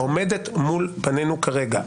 העומדת מול פנינו כרגע,